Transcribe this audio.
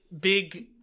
big